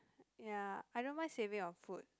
ya I don't mind saving on food